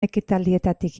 ekitaldietatik